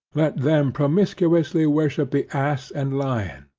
let them promiscuously worship the ass and lion,